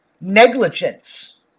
Negligence